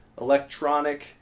electronic